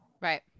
right